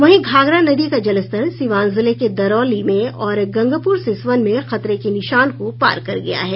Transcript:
वहीं घाघरा नदी का जलस्तर सीवान जिले के दरौली में और गंगपुर सिसवन में खतरे के निशान को पार कर गया है